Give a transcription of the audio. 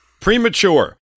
Premature